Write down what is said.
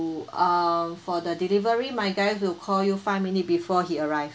um for the delivery my guys will call you five minute before he arrive